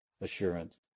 assurance